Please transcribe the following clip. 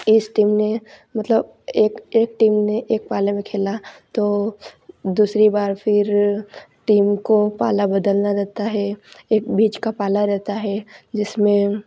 इस टीम ने मतलब एक एक टीम ने एक पाले में खेलना तो दूसरी बार फिर टीम को पाला बदलना रहता है एक बीच का पाला रहता है जिसमें